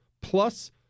plus